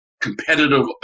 competitive